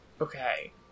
Okay